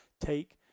take